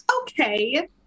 Okay